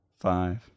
five